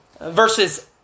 Verses